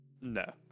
no